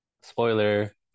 spoiler